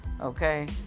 Okay